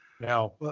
Now